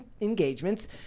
engagements